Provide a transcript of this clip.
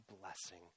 blessing